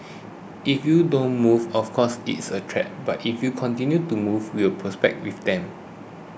if you don't move of course it's a threat but if you continue to move we will prosper with them